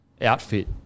outfit